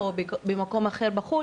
אלה אנשים שמפעילים מערכות שמטפלות באנשים,